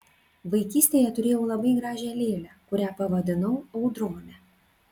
vaikystėje turėjau labai gražią lėlę kurią pavadinau audrone